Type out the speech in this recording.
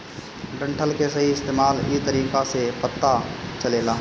डंठल के सही इस्तेमाल इ तरीका से पता चलेला